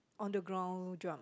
on the ground jump